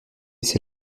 c’est